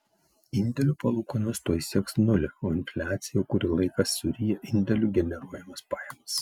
indėlių palūkanos tuoj sieks nulį o infliacija jau kurį laiką suryja indėlių generuojamas pajamas